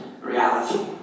reality